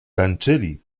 tańczyli